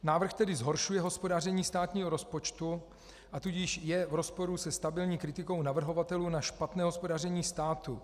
Návrh tedy zhoršuje hospodaření státního rozpočtu a tudíž je v rozporu se stabilní kritikou navrhovatelů na špatné hospodaření státu.